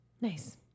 Nice